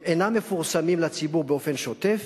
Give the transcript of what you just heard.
הם אינם מפורסמים לציבור באופן שוטף,